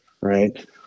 right